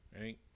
right